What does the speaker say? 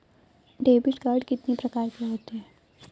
Debit card कितनी प्रकार के होते हैं?